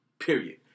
Period